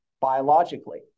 biologically